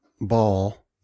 ball